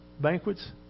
banquets